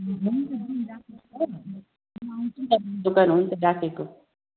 हुन्छ राखेको